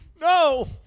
No